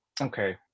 Okay